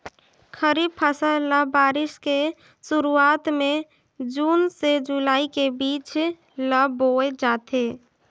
खरीफ फसल ल बारिश के शुरुआत में जून से जुलाई के बीच ल बोए जाथे